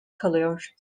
kalıyor